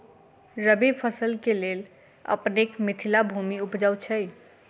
रबी फसल केँ लेल अपनेक मिथिला भूमि उपजाउ छै